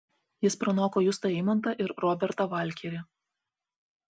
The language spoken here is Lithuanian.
jis pranoko justą eimontą ir robertą valkerį